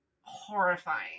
horrifying